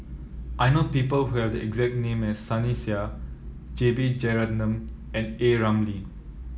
I know people who have the exact name as Sunny Sia J B Jeyaretnam and A Ramli